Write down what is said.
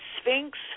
Sphinx